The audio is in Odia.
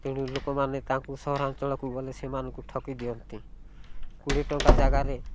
ତେଣୁ ଲୋକମାନେ ତାଙ୍କୁ ସହରାଞ୍ଚଳକୁ ଗଲେ ସେମାନଙ୍କୁ ଠକି ଦିଅନ୍ତି କୋଡ଼ିଏ ଟଙ୍କା ଜାଗାରେ